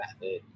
method